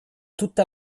tutta